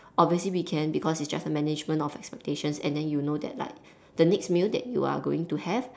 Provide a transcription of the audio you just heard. obviously we can because it's just a management of expectations and then you know that like the next meal that you are going to have